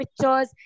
pictures